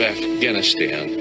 Afghanistan